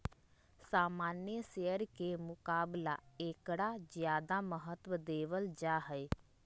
सामान्य शेयर के मुकाबला ऐकरा ज्यादा महत्व देवल जाहई